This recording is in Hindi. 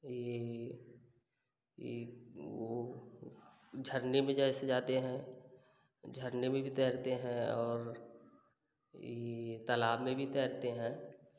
ये इ वो झरने में जैसे जाते हैं झरने में भी तैरते हैं और ई तालाब में भी तैरते हैं